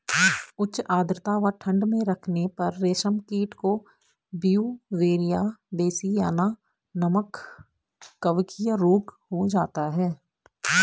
उच्च आद्रता व ठंड में रखने पर रेशम कीट को ब्यूवेरिया बेसियाना नमक कवकीय रोग हो जाता है